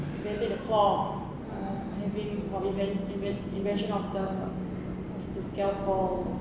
inventing the clock inven~ inven~ invention of the scalpel